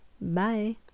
Bye